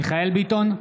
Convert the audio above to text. מיכאל מרדכי ביטון,